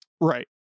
Right